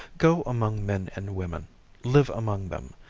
go among men and women live among them.